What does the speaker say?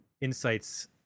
insights